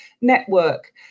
network